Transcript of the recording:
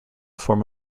form